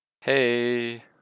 Hey